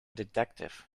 detective